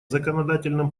законодательном